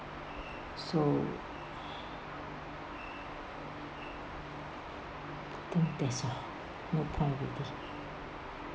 so I think that's all no point already